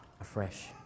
afresh